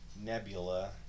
nebula